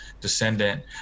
descendant